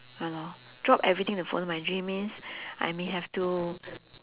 ya lor drop everything to follow my dream means I may have to